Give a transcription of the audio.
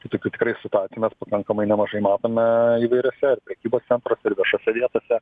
tų tokių tikrai situacijų mes pakankamai nemažai matome įvairiose ir prekybos centruose ir viešose vietose